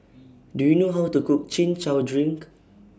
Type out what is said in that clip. Do YOU know How to Cook Chin Chow Drink